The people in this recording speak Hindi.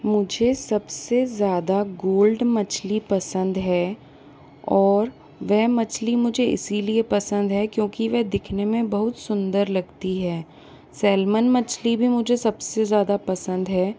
मुझे सबसे ज़्यादा गोल्ड मछली पसंद हैं और वह मछली मुझे इसीलिए पसंद है क्योंकि वो दिखने में बहुत सुंदर लगती है सेलमन मछली भी मुझे सबसे ज़्यादा पसंद है